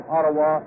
Ottawa